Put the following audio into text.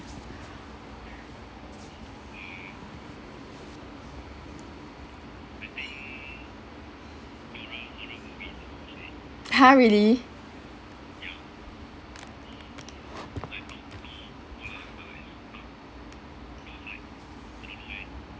ha really